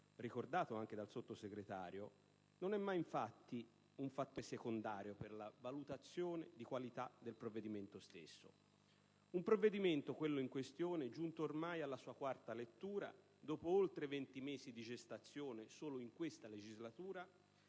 ricordato anche dal Sottosegretario), non è mai, infatti, un fattore secondario per la valutazione di qualità del provvedimento stesso. Un provvedimento, quello in questione, giunto ormai alla sua quarta lettura, dopo oltre 20 mesi di gestazione solo in questa legislatura